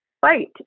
fight